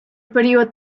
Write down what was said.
період